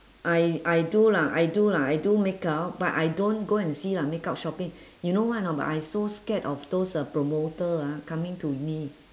I I do lah I do lah I do makeup but I don't go and see uh makeup shopping you know why or not why I so scared of those uh promoter ah coming to me